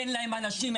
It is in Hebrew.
אין להם אנשים,